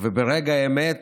וברגע האמת